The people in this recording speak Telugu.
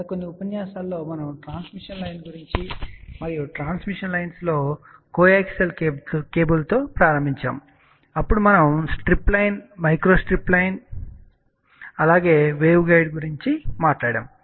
గత కొన్ని ఉపన్యాసాలలో మనము ట్రాన్స్మిషన్ లైన్ గురించి మరియు ట్రాన్స్మిషన్ లైన్స్ లో మనము కోయాక్సియల్ కేబుల్తో ప్రారంభించాము అప్పుడు మనము strip line micro strip line అలాగే వేవ్ గైడ్ గురించి మాట్లాడాము